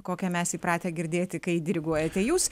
kokią mes įpratę girdėti kai diriguojate jūs